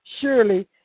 surely